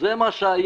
--- זה מה שהיה.